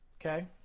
Okay